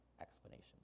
explanation